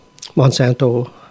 Monsanto